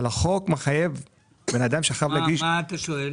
אבל החוק מחייב בן אדם שחייב להגיש --- מה אתה שואל?